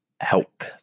help